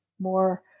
more